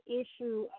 issue